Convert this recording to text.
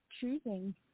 choosing